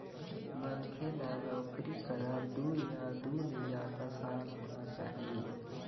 मनखे ल नउकरी करत दू या दू ले जादा साल होना चाही